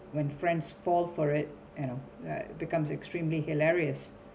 when friends fall for it you know like becomes extremely hilarious